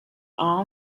all